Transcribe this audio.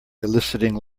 eliciting